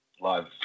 live